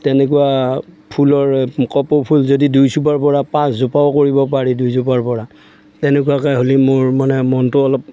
তেনেকুৱা ফুলৰ কপৌ ফুল যদি দুইজোপাৰ পৰা পাঁচজোপাও কৰিব পাৰি দুইজোপাৰ পৰা তেনেকুৱাকে হ'লে মোৰ মানে মনটো অলপ